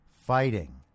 fighting